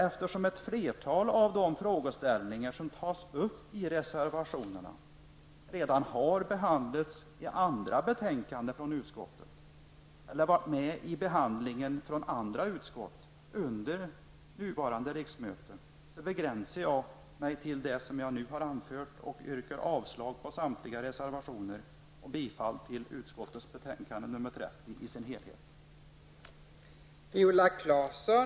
Eftersom ett flertal av de förslag som läggs fram i reservationerna redan har behandlats i andra betänkanden från utskottet eller i betänkanden från andra utskott under innevarande riksmöte begränsar jag mig till det sagda och yrkar avslag på samtliga reservationer och bifall till utskottets hemställan.